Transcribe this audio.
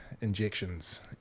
injections